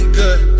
good